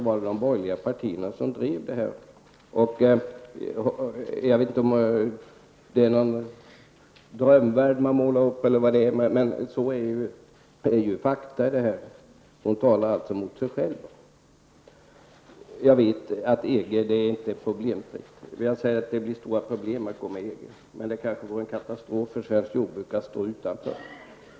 Jag vet inte om det är någon drömvärld hon målar upp, men Annika Åhnberg talar här mot fakta. Jag vet att EG inte är problemfritt. Jag säger att det blir stora problem att gå med i EG. Men det kanske vore en katastrof för svenskt jorbruk att stå utanför.